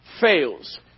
fails